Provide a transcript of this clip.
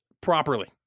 properly